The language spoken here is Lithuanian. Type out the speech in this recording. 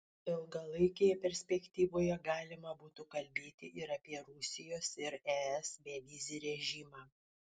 ilgalaikėje perspektyvoje galima būtų kalbėti ir apie rusijos ir es bevizį režimą